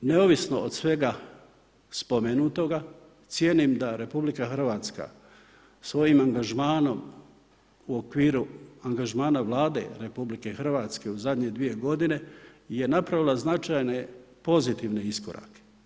Neovisno od svega spomenutoga, cijenim da RH svojim angažmanom u okviru angažmana Vlade RH u zadnje 2 godine je napravila značajne pozitivne iskorake.